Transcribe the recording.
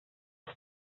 ist